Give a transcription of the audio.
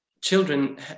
children